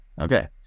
Okay